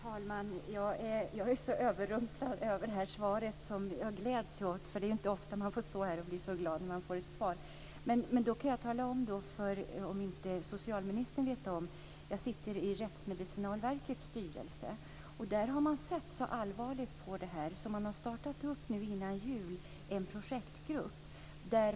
Herr talman! Jag är överrumplad av detta svar, som jag gläds åt. Det är inte ofta man blir så glad när man får ett svar. Jag sitter i Rättsmedicinalverkets styrelse. Om inte socialministern vet om det kan jag tala om att man där har sett så allvarligt på detta att man före jul startade en projektgrupp.